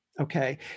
okay